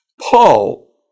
Paul